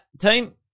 team